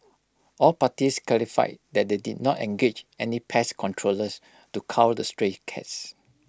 all parties clarified that they did not engage any pest controllers to cull the stray cats